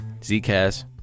Zcash